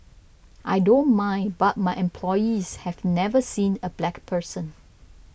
I don't mind but my employees have never seen a black person